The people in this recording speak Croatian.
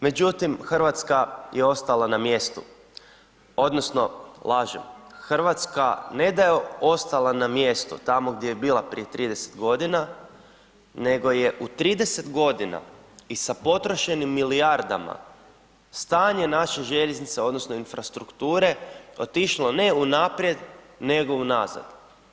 Međutim, Hrvatska je ostala na mjestu, odnosno lažem, Hrvatska ne da je ostala na mjestu, tamo gdje je bila prije 30 godina nego je u 30 godina i sa potrošenim milijardama stanje naše željeznice odnosno infrastrukture otišlo ne u naprijed nego u nazad.